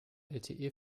lte